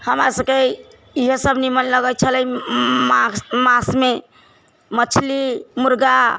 हमरा सभकेँ इहे सभ निमन लगैत छलै माक्स मासूमे मछली मुर्गा